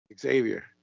Xavier